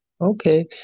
Okay